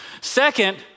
Second